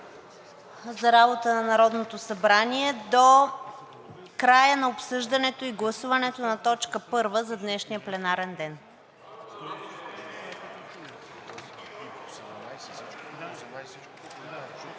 за работа на Народното събрание до края на обсъждането и гласуването на точка първа за днешния пленарен ден.